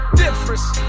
difference